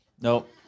Nope